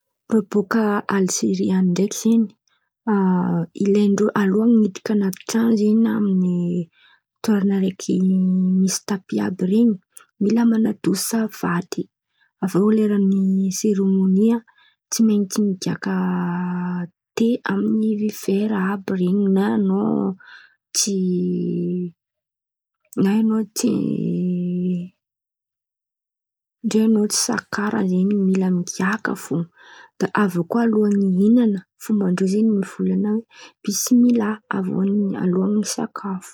Rô bôka Algery an̈y ndraiky zen̈y a- ilain-drô aloha ny miditry anaty tran̈o zen̈y, na amin'iren̈y toeran̈a misy tapy àby ren̈y, mila man̈adoso savaty. Aviô lerany seremony, tsy maintsy migiaka te amy ny vera àby ren̈y. Na an̈ao tsy na an̈ao tsy ndray an̈ao tsy sakarà, mila migiaka fo. Aviô, kà aloha ny hihinan̈a, fomban-drô mivolan̈a bismin la aloha ny hisakafo.